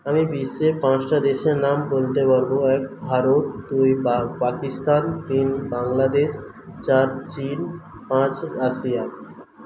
আমি বিশ্বের পাঁচটা দেশের নাম বলতে পারব এক ভারত দুই পাকিস্তান তিন বাংলাদেশ চার চিন পাঁচ রাশিয়া